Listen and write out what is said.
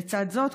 לצד זאת,